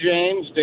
James